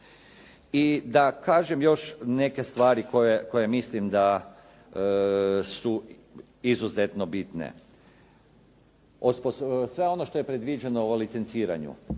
I da kažem još neke stvari koje mislim da su izuzetno bitne. Sve ono što je predviđeno o licenciranju